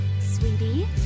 Sweetie